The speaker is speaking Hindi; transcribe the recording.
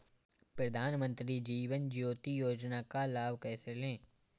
प्रधानमंत्री जीवन ज्योति योजना का लाभ कैसे लें?